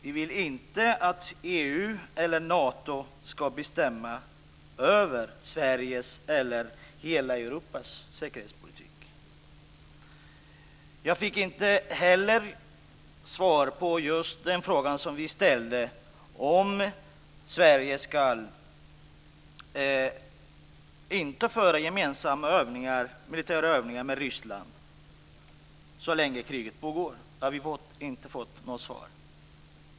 Vi vill inte att EU eller Nato ska bestämma över Sveriges eller hela Europas säkerhetspolitik. Jag fick inte svar på den fråga som vi ställt om Sverige ska genomföra gemensamma militära övningar tillsammans med Ryssland så länge som kriget pågår eller inte.